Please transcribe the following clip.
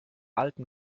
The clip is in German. alten